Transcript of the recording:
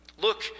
Look